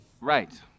Right